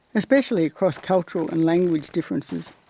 especially across cultural and language differences.